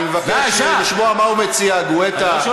אני מבקש לשמוע מה הוא מציע, גואטה.